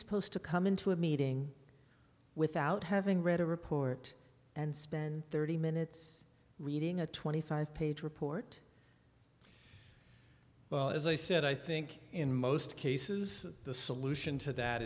supposed to come into a meeting without having read a report and spend thirty minutes reading a twenty five page report well as i said i think in most cases the solution to that